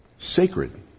sacred